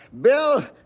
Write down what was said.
Bill